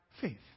faith